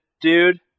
dude